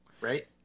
Right